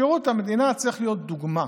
שירות המדינה צריך להיות דוגמה,